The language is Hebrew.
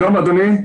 שלום, אדוני.